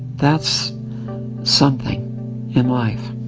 that's something in life,